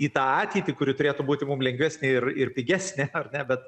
į tą ateitį kuri turėtų būti mum lengvesnė ir ir pigesnė ar ne bet